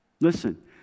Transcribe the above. Listen